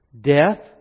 Death